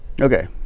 Okay